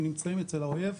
שנמצאים אצל האויב,